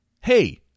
hey